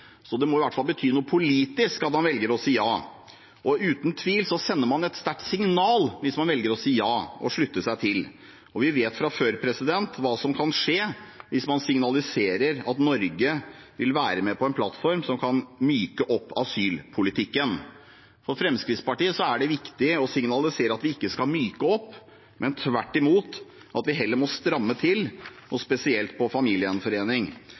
så det må i hvert fall bety noe politisk at man velger å si ja. Man sender uten tvil et sterkt signal hvis man velger å si ja og slutter seg til, og vi vet fra før hva som kan skje hvis man signaliserer at Norge vil være med på en plattform som kan myke opp asylpolitikken. For Fremskrittspartiet er det viktig å signalisere at vi ikke skal myke opp, men tvert imot stramme til, spesielt på familiegjenforening.